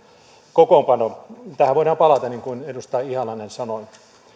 kokoonpano tähän voidaan palata niin kuin edustaja ihalainen sanoi